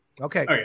okay